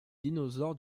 dinosaures